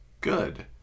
Good